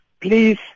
please